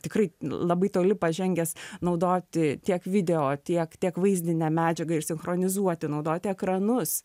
tikrai labai toli pažengęs naudoti tiek video tiek tiek vaizdinę medžiagą ir sinchronizuoti naudoti ekranus